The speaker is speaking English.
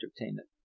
entertainment